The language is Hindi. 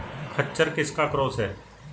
खच्चर किसका क्रास है?